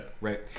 right